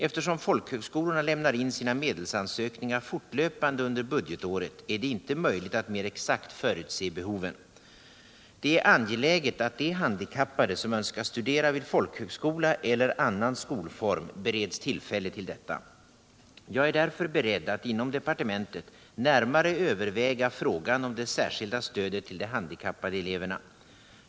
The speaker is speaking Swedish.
Eftersom folkhögskolorna lämnar in sina medelsansökningar fortlöpande under budgetåret är det inte möjligt att mer exakt förutse behoven. Det är angeläget att de handikappade som önskar studera vid folkhögskola eller annan skolform bereds tillfälle till detta. Jag är därför beredd att inom departementet närmare överväga frågan om det särskilda stödet till de handikappade eleverna.